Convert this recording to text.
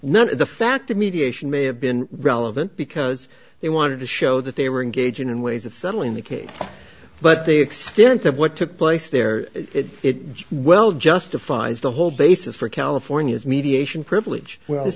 not the fact that mediation may have been relevant because they wanted to show that they were engaging in ways of settling the case but the extent of what took place there it well justifies the whole basis for california's mediation privilege well this